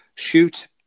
shoot